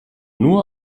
nur